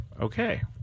Okay